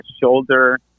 shoulder